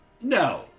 No